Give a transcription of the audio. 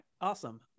awesome